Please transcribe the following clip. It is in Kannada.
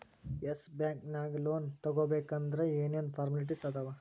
ಎಸ್ ಬ್ಯಾಂಕ್ ನ್ಯಾಗ್ ಲೊನ್ ತಗೊಬೇಕಂದ್ರ ಏನೇನ್ ಫಾರ್ಮ್ಯಾಲಿಟಿಸ್ ಅದಾವ?